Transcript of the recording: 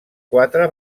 quatre